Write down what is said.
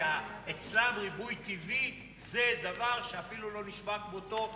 כי אצלם ריבוי טבעי זה דבר שאפילו לא נשמע כמותו,